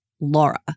Laura